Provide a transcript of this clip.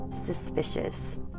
suspicious